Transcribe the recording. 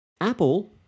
Apple